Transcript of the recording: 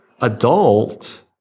adult